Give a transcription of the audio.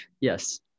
Yes